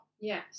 Yes